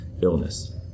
illness